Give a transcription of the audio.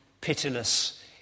pitiless